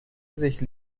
sich